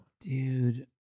Dude